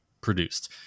produced